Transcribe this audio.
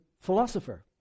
philosopher